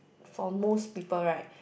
for most people right